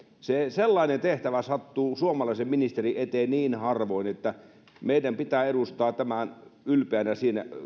sellainen tehtävä sattuu suomalaisen ministerin eteen niin harvoin että meidän pitää edustaa tämä ylpeänä